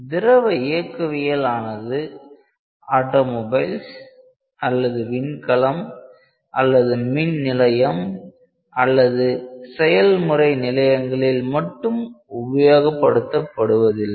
திரவ இயக்கவியல் ஆனது ஆட்டோ மொபைல்ஸ் அல்லது வின்கலம் அல்லது மின் நிலையம் அல்லது செயல்முறை நிலையங்களில் மட்டும் உபயோகப் படுவதில்லை